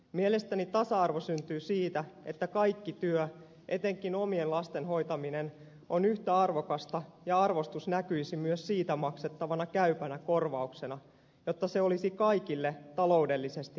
mielestäni tasa arvo syntyy siitä että kaikki työ etenkin omien lasten hoitaminen on yhtä arvokasta ja arvostus näkyisi myös siitä maksettavana käypänä korvauksena jotta se olisi kaikille taloudellisesti mahdollista